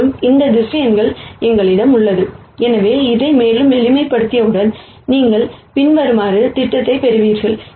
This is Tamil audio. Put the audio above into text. மேலும் இந்த வெக்டார் எங்களிடம் உள்ளது எனவே இதை மேலும் எளிமைப்படுத்தியவுடன் நீங்கள் பின்வருமாறு திட்டத்தைப் பெறுவீர்கள்